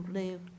live